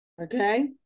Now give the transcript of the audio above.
Okay